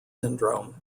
syndrome